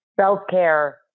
Self-care